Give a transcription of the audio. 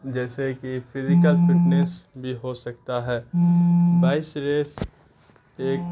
جیسے کہ physical fitness بھی ہو سکتا ہے بائس ریس ایک